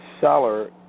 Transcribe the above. seller